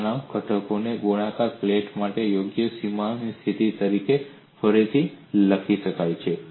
આ તણાવ ઘટકોને ગોળાકાર પ્લેટ માટે યોગ્ય સીમા સ્થિતિ તરીકે ફરીથી લખી શકાય છે